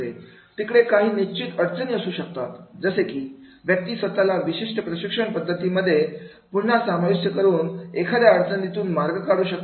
तिकडे काही निश्चित अडचणी असू शकतात जसे की व्यक्ती स्वतःला विशिष्ट प्रशिक्षण पद्धती मध्ये पुन्हा समाविष्ट करून एखाद्या अडचणीतून मार्ग काढू शकते